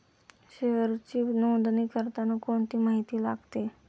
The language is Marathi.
शेअरची नोंदणी करताना कोणती माहिती लागते?